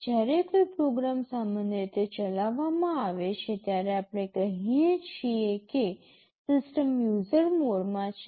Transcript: જ્યારે કોઈ પ્રોગ્રામ સામાન્ય રીતે ચલાવવામાં આવે છે ત્યારે આપણે કહીએ છીએ કે સિસ્ટમ યુઝર મોડમાં છે